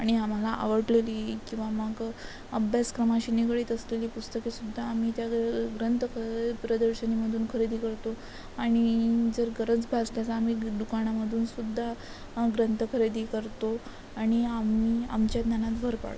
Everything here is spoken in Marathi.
आणि आम्हाला आवडलेली किंवा मग अभ्यासक्रमाशी निगडीत असलेली पुस्तकेसुद्धा आम्ही त्या ग्रंथ क प्रदर्शनीमधून खरेदी करतो आणि जर गरज भासली तर आम्ही दुकानामधूनसुद्धा ग्रंथ खरेदी करतो आणि आम्ही आमच्या ज्ञानात भर पाडतो